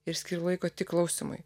ir skirti laiko tik klausymui